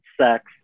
sex